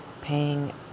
paying